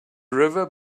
river